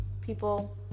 people